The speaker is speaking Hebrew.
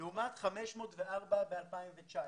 לעומת 504 ב-2019.